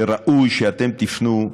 שראוי שאתם תפנו,